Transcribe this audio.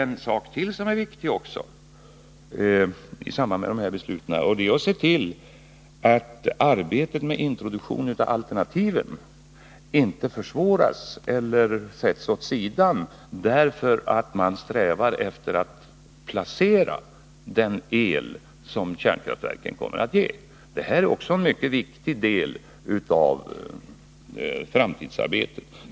En sak till är också viktig i samband med de här besluten, och det är att se till att arbetet med introduktion av alternativen inte försvåras eller sätts åt sidan därför att man strävar efter att placera den el som kärnkraftverken kommer att producera. Det här är en mycket viktig del av den framtida energipolitiken.